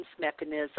mechanism